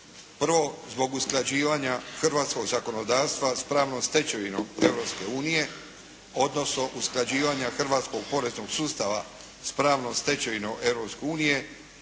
Prvo zbog usklađivanja hrvatskog zakonodavstva s pravnom stečevinom Europske unije, odnosno usklađivanja hrvatskog poreznog sustava s pravnom stečevinom